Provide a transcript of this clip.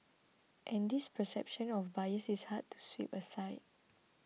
and this perception of bias is hard to sweep aside